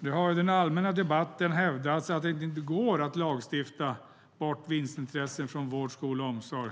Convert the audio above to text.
Det har i den allmänna debatten hävdats att det inte går att lagstifta bort vinstintresset från vård, skola och omsorg.